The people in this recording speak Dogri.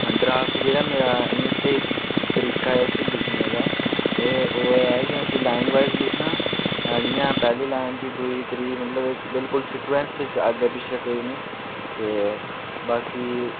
ड्राफ्ट जेह्ड़ा मेरा इ'यां स्हेई तरीका ऐ उसी लिखने दा ओह् एह् कि उसी लाइन बाइज़ लिखना जियां पैह्ली लाइन फ्ही दुई त्री मतलब बिलकुल सीकुैन्स च अग्गै पिच्छै कोई नी ते बाकी